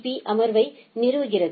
பீ அமர்வை நிறுவுகிறது